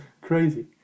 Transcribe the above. Crazy